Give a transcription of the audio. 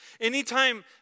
Anytime